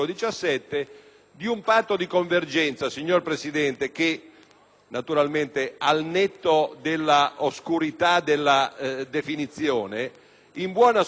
naturalmente al netto dell'oscurità della definizione, in buona sostanza consente sistematicamente di introdurre